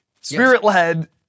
spirit-led